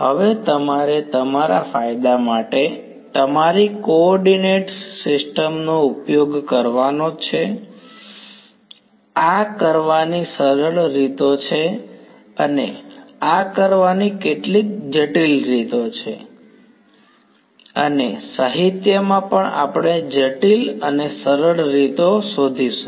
હવે તમારે તમારા ફાયદા માટે તમારી કોઓર્ડીનેશન સિસ્ટ્મ નો ઉપયોગ કરવો જોઈએ આ કરવાની સરળ રીતો છે અને આ કરવાની કેટલીક જટિલ રીતો છે અને સાહિત્યમાં પણ આપણે જટિલ અને સરળ રીતો શોધીશું